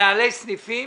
מנהלי סניפים,